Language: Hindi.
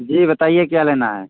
जी बताइए क्या लेना है